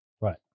Right